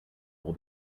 will